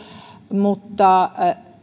mutta